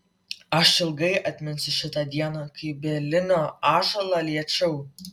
aš ilgai atminsiu šitą dieną kai bielinio ąžuolą liečiau